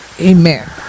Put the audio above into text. Amen